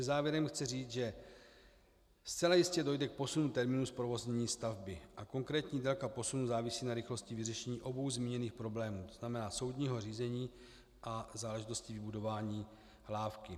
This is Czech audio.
Takže závěrem chci říct, že zcela jistě dojde k posunu termínu zprovoznění stavby a konkrétní délka posunu závisí na rychlosti vyřešení obou zmíněných problémů, to znamená soudního řízení a záležitosti vybudování lávky.